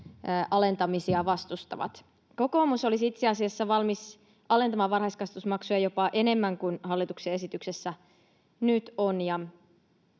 alentamisia vastustavat. Kokoomus olisi itse asiassa valmis alentamaan varhaiskasvatusmaksuja jopa enemmän kuin hallituksen esityksessä nyt.